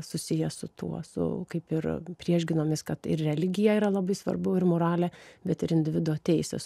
susijęs su tuo su kaip ir priešgynomis kad ir religija yra labai svarbu ir moralė bet ir individo teisės